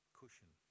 cushion